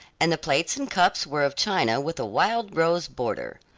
and the plates and cups were of china with a wild rose border.